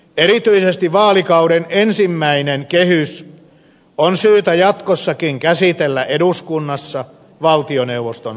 erityisesti vaalikauden ensimmäinen kehys on syytä jatkossakin käsitellä eduskunnassa valtioneuvoston selontekona